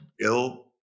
ill